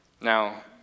Now